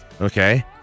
Okay